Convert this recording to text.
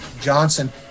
Johnson